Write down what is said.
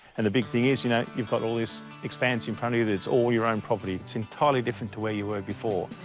and the big thing is, you know, you've all this expanse in front of you that's all your own property. it's entirely different to where you were before.